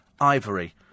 ivory